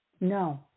No